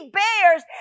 bears